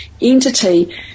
entity